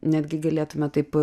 netgi galėtume taip